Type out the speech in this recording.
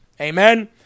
Amen